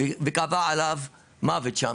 וקבע את מותו.